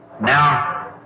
Now